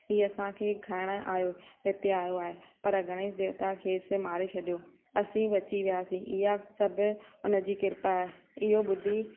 हीअ असांखे खाइण आयो हिते आयो आहे पर गणेश देवता खेसि मारे छॾियो असी बची वियासीं इहा सभु उनजी कृपा आहे इहो ॿुधी